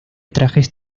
trajes